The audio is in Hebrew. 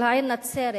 של העיר נצרת,